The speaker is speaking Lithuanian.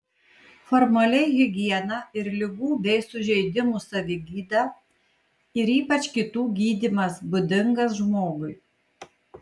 formaliai higiena ir ligų bei sužeidimų savigyda ir ypač kitų gydymas būdingas žmogui